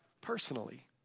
personally